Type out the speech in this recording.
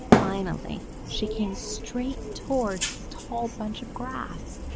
finally she came straight towards the tall bunch of grass.